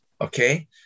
Okay